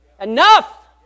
Enough